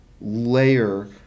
layer